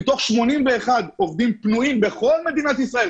מתוך 81 עובדים פנויים בכל מדינת ישראל,